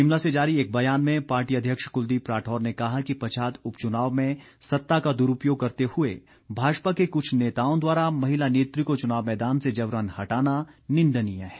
शिमला से जारी एक ब्यान में पार्टी अध्यक्ष कुलदीप राठौर ने कहा कि पच्छाद उपचुनाव में सत्ता का दुरूपयोग करते हुए भाजपा के कुछ नेताओं द्वारा महिला नेत्री को चुनाव मैदान से जबरन हटाना निंदनीय है